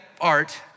art